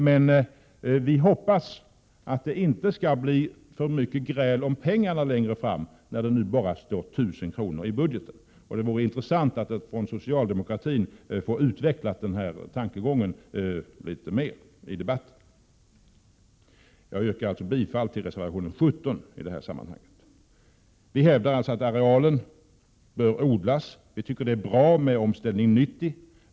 Men vi hoppas att det i framtiden inte skall behöva bli för mycket gräl om pengarna, när det nu bara står 1 000 kr. i budgeten. Det vore intressant att från socialdemokratin få denna tankegång litet mer utvecklad i debatten. Jag yrkar alltså bifall till reservation 17. Vi hävdar alltså att arealen bör odlas och att det är bra med Omställning 90.